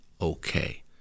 okay